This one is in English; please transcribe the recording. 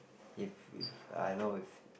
if if I know if